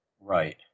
Right